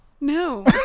No